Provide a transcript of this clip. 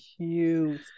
cute